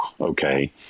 okay